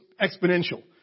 exponential